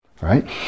right